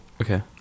okay